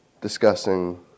discussing